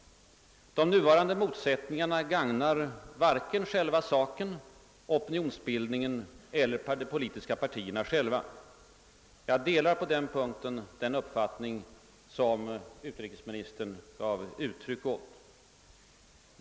De nuvarande motsättningarna gagnar varken själva saken, opinionsbildningen eller de politiska partierna. Jag delar på den punkten den uppfattning som utrikesministern gav uttryck åt.